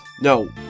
No